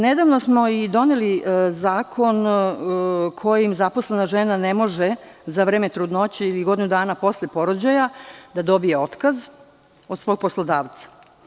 Nedavno smo i doneli zakon kojim zaposlena žena ne može za vreme trudnoće ili godinu dana posle porođaja da dobije otkaz od svog poslodavca.